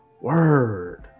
word